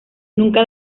nunca